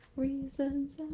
Reasons